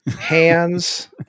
hands